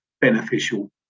beneficial